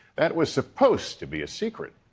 that was supposed to be a secret.